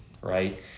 right